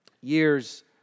years